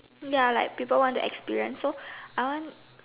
ya like people want to experience so I want